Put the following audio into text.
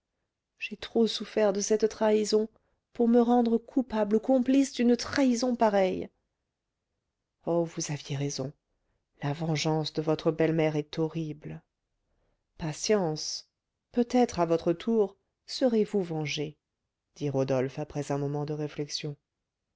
j'ai trop souffert de cette trahison pour me rendre coupable ou complice d'une trahison pareille oh vous aviez raison la vengeance de votre belle-mère est horrible patience peut-être à votre tour serez-vous vengée dit rodolphe après un moment de réflexion